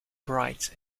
bright